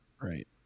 Right